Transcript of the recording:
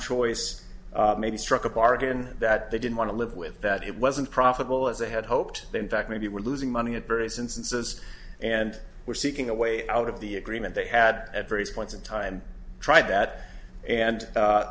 choice maybe struck a bargain that they didn't want to live with that it wasn't profitable as they had hoped they in fact maybe were losing money at various instances and were seeking a way out of the agreement they had at various points in time tried that and